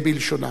בלשונם.